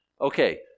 Okay